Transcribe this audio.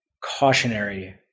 cautionary